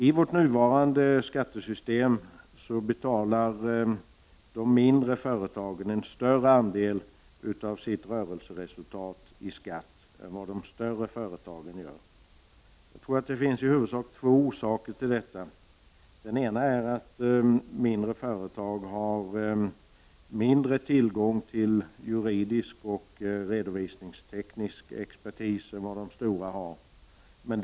I vårt nuvarande skattesystem betalar de mindre företagen en större andel av sitt rörelseresultat i skatt än vad de större företagen gör. Jag tror att det i huvudsak finns två orsaker till det. Den ena är att mindre företag har mindre tillgång till juridisk och redovisningsteknisk expertis än de stora företagen.